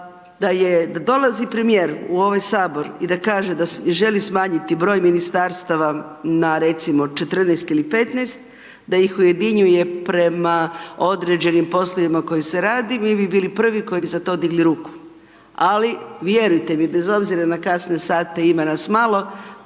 je dolazi premjer u ovaj sabor i da kaže da želi smanjiti broj ministarstava na recimo 14 ili 15 da ih ujedinjuje prema određenim poslovima koji se radi, mi bi bili prvi koji bi za to digli ruku, ali, vjerujte mi, bez obzira na kasne sate ima nas malo,